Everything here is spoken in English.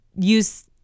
Use